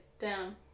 down